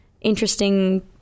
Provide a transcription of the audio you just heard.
interesting